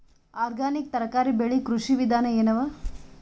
Organic ತರಕಾರಿ ಬೆಳಿ ಕೃಷಿ ವಿಧಾನ ಎನವ?